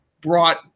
brought